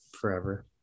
forever